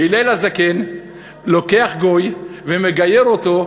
שהלל הזקן לוקח גוי ומגייר אותו,